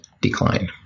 decline